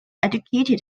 educated